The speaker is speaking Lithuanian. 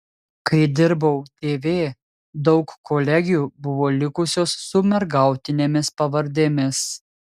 kai dirbau tv daug kolegių buvo likusios su mergautinėmis pavardėmis